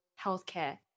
healthcare